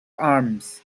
arms